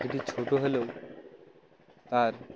যদি ছোটো হলেও আর